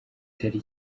tariki